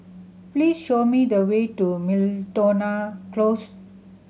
please show me the way to Miltonia Close